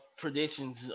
predictions